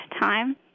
time